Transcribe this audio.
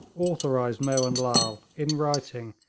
authorised mohun lal, in writing,